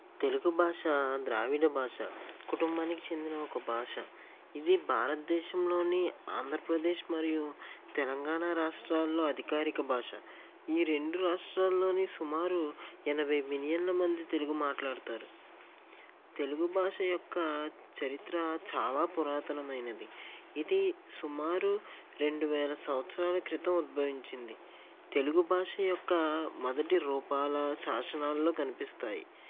తెలుగు భాష ద్రావిడ భాష కుటుంబానికి చెందిన ఒక భాష ఇది భారతదేశంలోని ఆంధ్రప్రదేశ్ మరియు తెలంగాణ రాష్ట్రాల్లో అధికారిక భాష ఈ రెండు రాష్ట్రాల్లోని సుమారు ఎనభై మిలియన్ల మంది తెలుగు మాట్లాడతారు తెలుగు భాష యొక్క చరిత్ర చాలా పురాతనమైనది ఇది సుమారు రెండు వేల సంవత్సరాల క్రితం ఉద్భవించింది తెలుగు భాష యొక్క మొదటి రూపాల శాసనాల్లో కనిపిస్తాయి